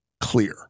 clear